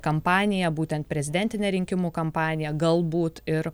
kampanija būtent prezidentine rinkimų kampanija galbūt ir